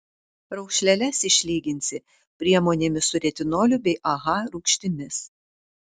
raukšleles išlyginsi priemonėmis su retinoliu bei aha rūgštimis